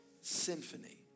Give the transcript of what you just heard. Symphony